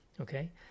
okay